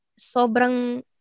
sobrang